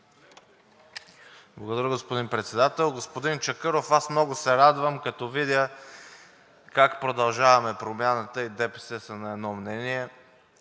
Благодаря, господин Председател. Господин Чакъров, много се радвам, като видя как „Продължаваме Промяната“ и ДПС са на едно мнение